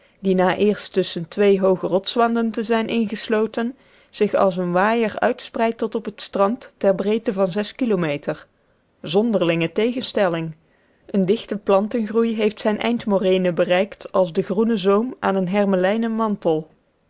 die na eerst tusschen twee hooge rotswanden te zijn ingesloten zich als een waaier uitspreidt tot op het strand ter breedte van kilometer zonderlinge tegenstelling een dichte plantengroei heeft zijne eindmoraine bereikt als de groene zoom aan een hermelijnen mantel